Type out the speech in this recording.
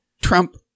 Trump